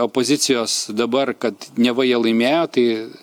opozicijos dabar kad neva jie laimėjo tai